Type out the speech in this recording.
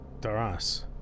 Daras